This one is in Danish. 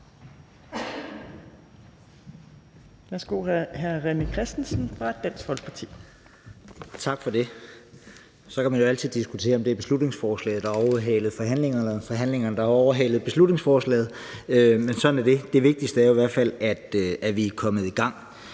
Tak for det. Så kan man jo altid diskutere, om det er beslutningsforslaget, der har overhalet forhandlingerne, eller om det er forhandlingerne, der har overhalet beslutningsforslaget, men sådan er det. Det vigtigste er i hvert fald, at vi er kommet i gang.